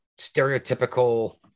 stereotypical